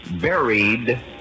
buried